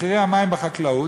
מחירי המים בחקלאות,